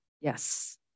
Yes